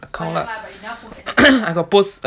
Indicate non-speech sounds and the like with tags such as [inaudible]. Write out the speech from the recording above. account lah [noise]